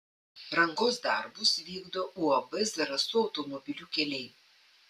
rangos darbus vykdo uab zarasų automobilių keliai